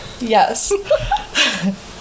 Yes